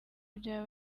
byaba